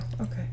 Okay